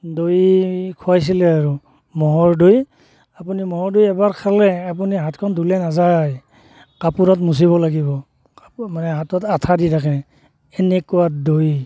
দৈ খুৱাইছিলে আৰু ম'হৰ দৈ আপুনি ম'হৰ দৈ এবাৰ খালে আপুনি হাতখন ধুলে নেযায় কাপোৰত মোচিব লাগিব কাপোৰ মানে হাতত আঠা দি থাকে এনেকুৱা দৈ